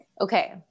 Okay